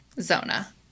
Zona